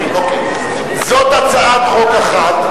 זאת הצעת חוק אחת,